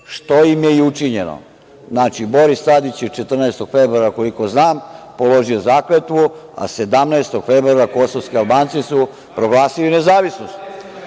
što im je i učinjeno. Znači, Boris Tadić je 14. februara, koliko znam, položio zakletvu, a 17. februara kosovski Albanci su proglasili nezavisnost,